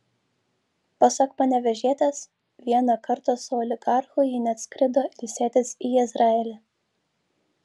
pasak panevėžietės vieną kartą su oligarchu ji net skrido ilsėtis į izraelį